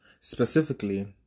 Specifically